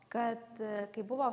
kad kai buvo